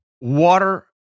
Water